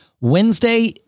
Wednesday